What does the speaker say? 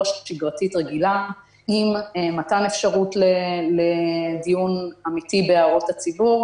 שגרתית רגילה עם מתן אפשרות לדיון אמיתי בהערות הציבור.